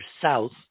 south